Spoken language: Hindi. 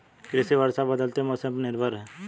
कृषि वर्षा और बदलते मौसम पर निर्भर है